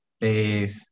bathe